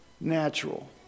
natural